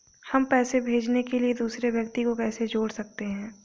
हम पैसे भेजने के लिए दूसरे व्यक्ति को कैसे जोड़ सकते हैं?